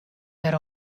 wer